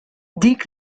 dik